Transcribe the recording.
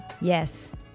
Yes